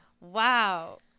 Wow